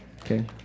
Okay